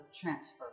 transfer